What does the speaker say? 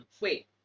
Wait